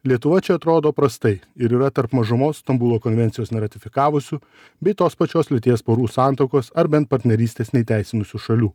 lietuva čia atrodo prastai ir yra tarp mažumos stambulo konvencijos neratifikavusių bei tos pačios lyties porų santuokos ar bent partnerystės neįteisinusių šalių